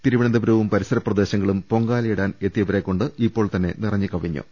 തിരുവനന്തപുരവും പരി സ ര പ്ര ദേ ശങ്ങളും പൊങ്കാലയിടാൻ എത്തിയവ രെക്കൊണ്ട് ഇപ്പോൾത്തന്നെ നിറഞ്ഞുകഴിഞ്ഞു